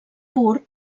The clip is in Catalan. pur